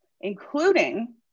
including